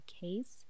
case